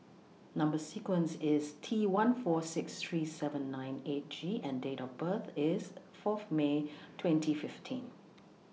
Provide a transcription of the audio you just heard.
Number sequence IS T one four six three seven nine eight G and Date of birth IS four May twenty fifteen